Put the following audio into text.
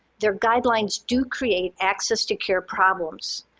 their guidelines do create access to care problems.